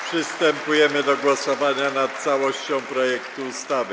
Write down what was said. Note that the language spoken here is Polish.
Przystępujemy do głosowania nad całością projektu ustawy.